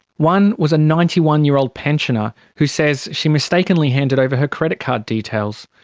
one was a ninety one year old pensioner, who says she mistakenly handed over her credit card details.